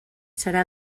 serà